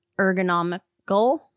ergonomical